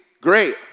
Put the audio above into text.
Great